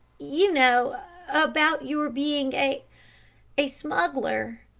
you know about your being a a smuggler.